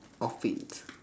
outfit